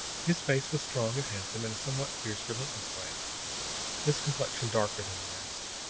his face was strong and handsome in a somewhat fierce, relentless way his complexion darker than the rest.